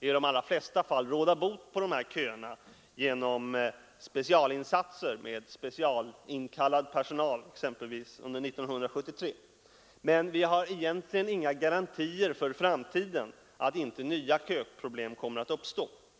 i de allra flesta fall lyckats råda bot på köerna genom specialinsatser med särskilt inkallad personal, exempelvis under 1973, men vi har egentligen inga garantier för att inte nya köproblem kommer att uppstå i framtiden.